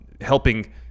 helping